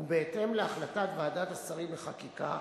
ובהתאם להחלטת ועדת השרים לחקיקה,